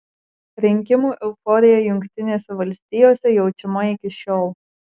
rinkimų euforija jungtinėse valstijose jaučiama iki šiol